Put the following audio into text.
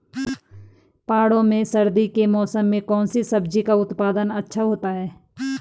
पहाड़ों में सर्दी के मौसम में कौन सी सब्जी का उत्पादन अच्छा होता है?